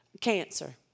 cancer